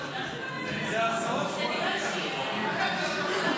2 והוראת שעה מס' 2),